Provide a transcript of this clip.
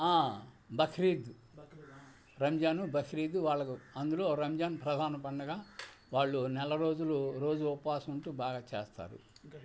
బక్రీద్ రంజాను బక్రీదు వాళ్ళకు అందులో రంజాన్ ప్రధాన పండగ వాళ్ళు నెల రోజులు రోజూ ఉపవాసముంటూ బాగా చేస్తారు